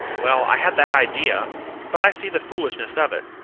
well, i had that idea but i see the foolishness of it.